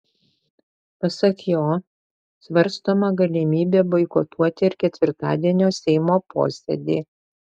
pasak jo svarstoma galimybė boikotuoti ir ketvirtadienio seimo posėdį